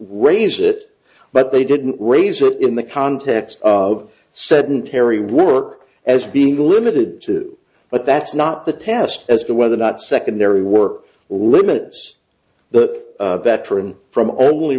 raise it but they didn't raise it in the context of sedentary work as being limited to but that's not the test as to whether that secondary work limits the veteran from only